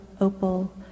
opal